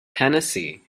tennessee